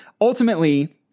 ultimately